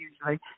usually